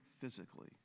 physically